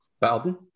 Bowden